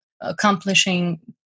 accomplishing